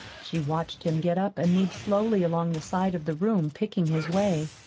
she watched him get up and move slowly along the side of the room, picking his way.